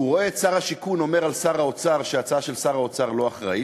הוא רואה את שר השיכון אומר על שר האוצר שההצעה של שר האוצר לא אחראית,